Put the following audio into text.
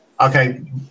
Okay